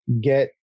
get